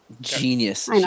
Genius